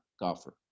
golfer